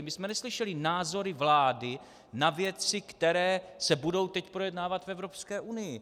My jsme neslyšeli názory vlády na věci, které se budou teď projednávat v Evropské unii.